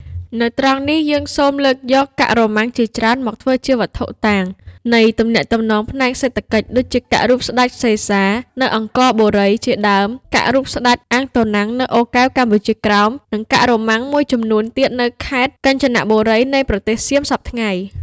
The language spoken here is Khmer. នៅត្រង់នេះយើងសូមលើកយកកាក់រ៉ូម៉ាំង ជាច្រើន មកធ្វើជាវត្ថុតាង នៃទំនាក់ទំនងផ្នែកសេដ្ឋកិច្ច ដូចជា កាក់រូបស្តេច សេហ្សា នៅអង្គរបូរី ជាដើម កាក់រូបស្តេច អាងតូណាំង នៅអូរកែវកម្ពុជាក្រោម និងកាក់រ៉ូម៉ាំងមួយចំនួន ទៀតនៅខេត្ត កញ្ជនៈបូរីនៃប្រទេសសៀមសព្វថ្ងៃនេះ ។